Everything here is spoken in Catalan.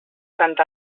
sant